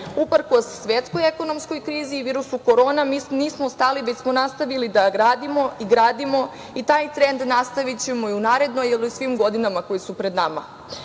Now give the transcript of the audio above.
Uprkos svetskoj ekonomskoj krizi i virusu korona mi nismo stali već smo nastavili da gradimo i gradimo i taj trend nastavićemo i u narednoj i svim godinama koje su pred nama.